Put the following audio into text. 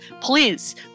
please